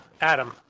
Adam